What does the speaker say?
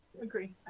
agree